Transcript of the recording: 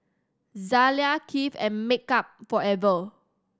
Zalia Kiehl and Makeup Forever